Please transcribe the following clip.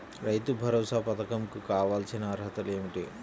రైతు భరోసా పధకం కు కావాల్సిన అర్హతలు ఏమిటి?